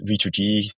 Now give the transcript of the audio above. V2G